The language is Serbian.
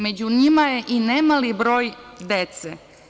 Među njima je i nemali broj dece.